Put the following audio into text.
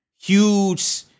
huge